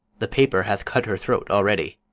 the paper hath cut her throat already.